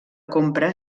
compra